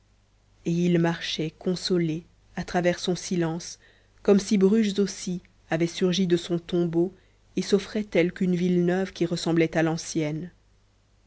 et il marchait consolé à travers son silence comme si bruges aussi avait surgi de son tombeau et s'offrait telle qu'une ville neuve qui ressemblerait à l'ancienne